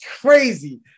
crazy